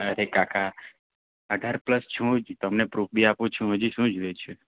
અરે કાકા અઢાર પ્લસ છું જ તમને પ્રૂફ બી આપું છું હજી શું જોઈએ છે